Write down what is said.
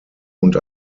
und